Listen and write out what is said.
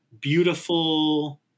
beautiful